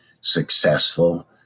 successful